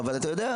אבל אתה יודע,